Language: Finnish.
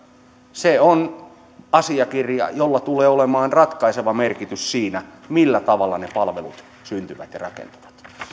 se on asiakirja jolla tulee olemaan ratkaiseva merkitys siinä millä tavalla ne palvelut syntyvät ja rakentuvat